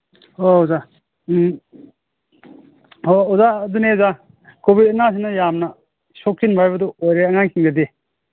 ꯍꯣꯏ ꯍꯣꯏ ꯑꯣꯖꯥ ꯎꯝ ꯍꯣ ꯑꯣꯖꯥ ꯑꯗꯨꯅꯦ ꯑꯣꯖꯥ ꯀꯣꯚꯤꯠ ꯂꯥꯏꯅꯥꯁꯤꯅ ꯌꯥꯝꯅ ꯁꯣꯛꯆꯤꯟꯕ ꯍꯥꯏꯕꯗꯨ ꯑꯣꯏꯔꯦ ꯑꯉꯥꯡꯁꯤꯡꯗꯗꯤ